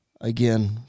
Again